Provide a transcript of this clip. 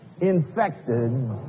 infected